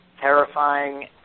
terrifying